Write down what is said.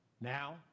Now